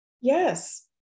yes